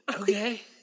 Okay